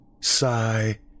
sigh